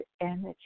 energy